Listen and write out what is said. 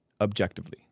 objectively